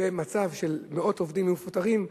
ומצב של מאות עובדים שיהיו מפוטרים,